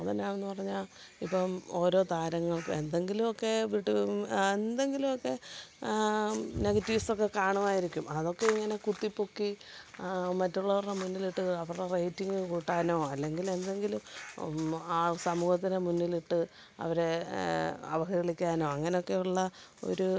അതെന്നാണെന്ന് പറഞ്ഞാല് ഇപ്പോള് ഓരോ താരാങ്ങൾക്കും എന്തെങ്കിലുമൊക്കെ വിട്ട് എന്തെങ്കിലും ഒക്കെ നെഗറ്റീവ്സൊക്കെ കാണുമായിരിക്കും അതൊക്കെ ഇങ്ങനെ കുത്തിപ്പൊക്കി മറ്റുള്ളവരുടെ മുന്നിലിട്ട് അവരെ റേറ്റിംഗ് കൂട്ടാനോ അല്ലെങ്കില് എന്തെങ്കിലും ആൾ സമൂഹത്തിന് മുന്നിലിട്ട് അവരെ അവഹേളിക്കാനോ അങ്ങനെയൊക്കെയുള്ള ഒരു